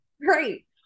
Great